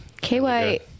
KY